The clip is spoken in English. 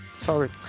sorry